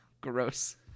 gross